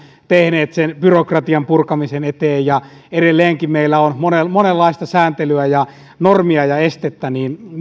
tehneet sen byrokratian purkamisen eteen ja edelleenkin meillä on monenlaista sääntelyä ja normia ja estettä